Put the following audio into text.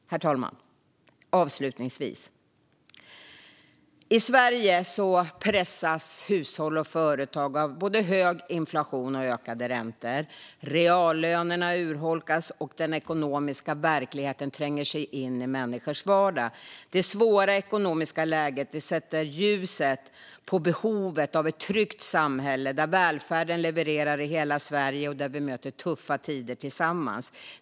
Herr talman! Jag vill avslutningsvis säga följande. I Sverige pressas hushåll och företag av både hög inflation och ökande räntor. Reallönerna urholkas, och den ekonomiska verkligheten tränger sig in i människors vardag. Det svåra ekonomiska läget sätter ljuset på behovet av ett tryggt samhälle, där välfärden levererar i hela Sverige och där vi möter tuffa tider tillsammans.